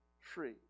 free